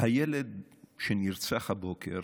הילד שנרצח הבוקר